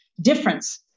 difference